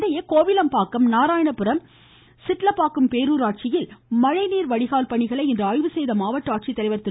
இதனிடையே கோவிலம்பாக்கம் நாராயணபுரம் ஏரி பேரூராட்சியில் மழை நீர் வடிகால் பணிகளை இன்று ஆய்வு செய்த மாவட்ட ஆட்சித்தலைவர் திரு